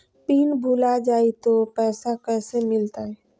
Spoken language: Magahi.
पिन भूला जाई तो पैसा कैसे मिलते?